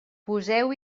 poseu